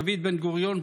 דוד בן-גוריון,